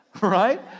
Right